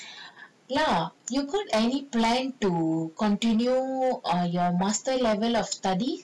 ya you could any plan to continue on your master level of study